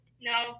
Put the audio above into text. No